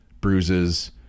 bruises